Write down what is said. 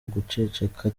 guceceka